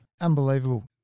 unbelievable